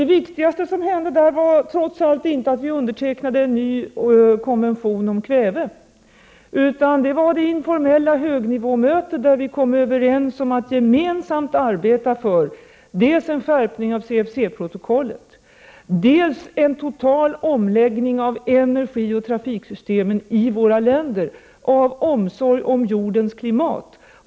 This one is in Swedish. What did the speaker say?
Det viktigaste som hände där var trots allt inte att vi undertecknade en ny konvention om kväve, utan det var just att det var ett informellt högnivåmöte där vi kom överens om att gemensamt arbeta för dels en skärpning av CFC-protokollet, dels en total omläggning av energioch trafiksystemen i resp. land av omsorg om jordens klimat.